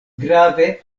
grave